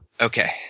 Okay